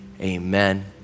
Amen